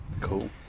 Cool